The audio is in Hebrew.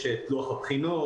יש את לוח הבחינות,